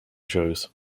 shows